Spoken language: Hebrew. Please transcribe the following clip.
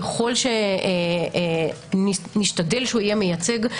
ככל שנשתדל שיהיה מייצג,